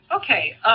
Okay